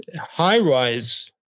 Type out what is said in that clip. high-rise